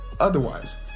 otherwise